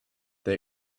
they